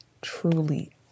truly